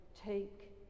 Take